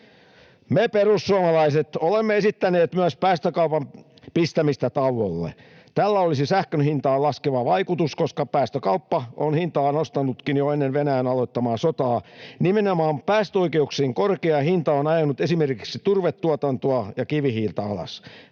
Me perussuomalaiset olemme esittäneet myös päästökaupan pistämistä tauolle. Tällä olisi sähkön hintaa laskeva vaikutus, koska päästökauppa on hintaa nostanutkin jo ennen Venäjän aloittamaan sotaa. Nimenomaan päästöoikeuksien korkea hinta on ajanut esimerkiksi turvetuotantoa ja kivihiiltä alas.